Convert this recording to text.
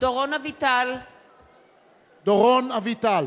(קוראת בשמות חברי הכנסת) דורון אביטל,